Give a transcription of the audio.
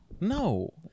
No